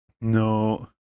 No